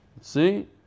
See